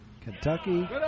Kentucky